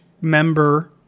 member